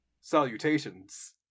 Salutations